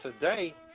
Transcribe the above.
today